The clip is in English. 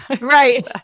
Right